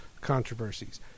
controversies